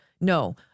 No